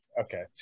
Okay